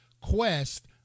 Quest